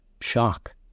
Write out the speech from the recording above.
Shock